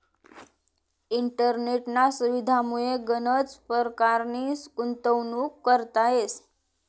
इंटरनेटना सुविधामुये गनच परकारनी गुंतवणूक करता येस